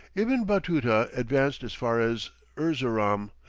ibn batuta advanced as far as erzeroum,